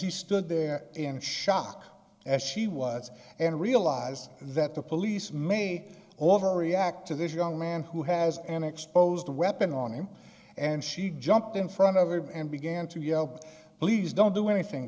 he stood there in shock as she was and realized that the police may overreact to this young man who has an exposed weapon on him and she jumped in front of him and began to yell please don't do anything